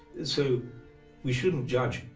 so we shouldn't judge,